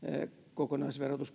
kokonaisverotus